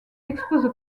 expose